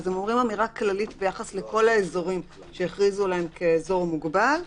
אומרים אמירה כללית ביחס לכל האזורים שהכריזו עליהם כאזור מוגבל,